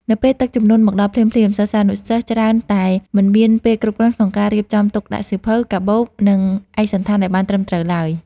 នៅពេលទឹកជំនន់មកដល់ភ្លាមៗ សិស្សានុសិស្សច្រើនតែមិនមានពេលគ្រប់គ្រាន់ក្នុងការរៀបចំទុកដាក់សៀវភៅ កាបូប និងឯកសណ្ឋានឱ្យបានត្រឹមត្រូវឡើយ។